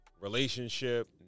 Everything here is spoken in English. relationship